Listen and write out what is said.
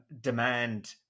demand